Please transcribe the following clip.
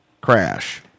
Crash